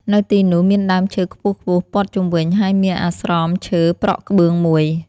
នៅទីនោះ មានដើមឈើខ្ពស់ៗព័ទ្ធជុំវិញ ហើយមានអាស្រមឈើប្រក់ក្បឿងមួយ។